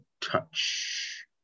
touch